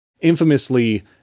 infamously